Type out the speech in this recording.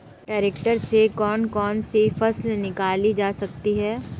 Tractor से कौन कौनसी फसल निकाली जा सकती हैं?